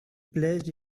placed